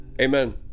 Amen